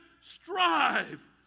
strive